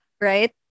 right